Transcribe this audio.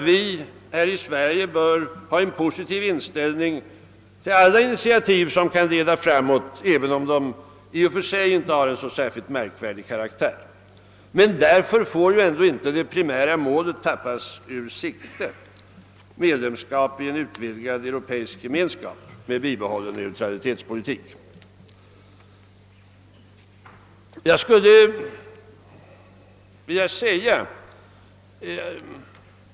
Vi i Sverige bör dock ha en positiv inställning till alla initiativ som kan leda framåt, även om de i och för sig inte har en så särskilt märkvärdig karaktär. Därför får ändå inte det primära målet tappas ur sikte: medlemskap i en utvidgad europeisk gemenskap med bibehållen neutralitetspolitik.